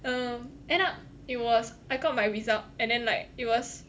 um end up it was I got my result and then like it was